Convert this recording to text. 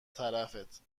طرفت